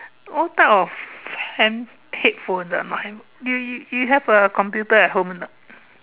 all type of hand headphone my handphone you you you have a computer at home or not